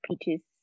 peaches